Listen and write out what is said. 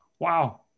Wow